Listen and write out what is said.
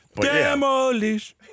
Demolish